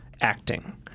acting